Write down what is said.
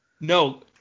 no